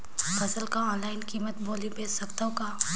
फसल कर ऑनलाइन कीमत बोली बेच सकथव कौन?